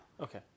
Okay